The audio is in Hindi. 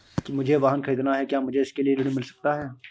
मुझे वाहन ख़रीदना है क्या मुझे इसके लिए ऋण मिल सकता है?